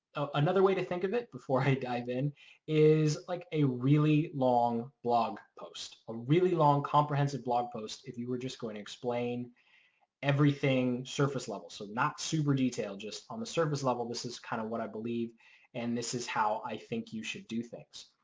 another way to think of it before i dive in is like a really long blog post, a really long comprehensive blog post if you were just going to explain everything surface level so not super detail just on the surface level this is kind of what i believe and this is how i think you should do things.